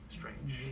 strange